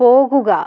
പോകുക